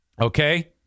Okay